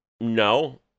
no